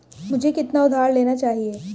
मुझे कितना उधार लेना चाहिए?